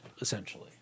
essentially